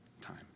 time